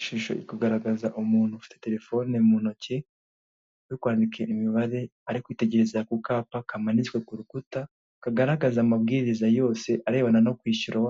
Ishusho iri kugaragaraza umuntu ufite telefone mu ntoki, uri kwandika imibare, ari kwitegereza ku kapa kamanitswe ku rukukuta, kagaragaza amabwiriza yose arebana no kwishyura